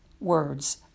words